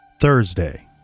Thursday